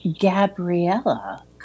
Gabriella